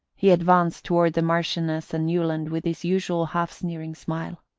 he advanced toward the marchioness and newland with his usual half-sneering smile.